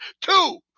Two